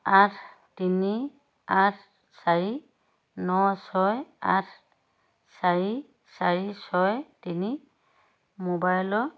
আঠ তিনি আঠ চাৰি ন ছয় আঠ চাৰি চাৰি ছয় তিনি মোবাইলৰ